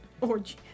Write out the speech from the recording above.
Orgy